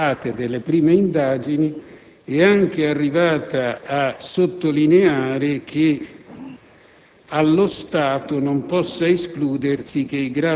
a seguito delle perquisizioni effettuate e delle prime indagini, è anche arrivata a sottolineare che,